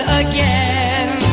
again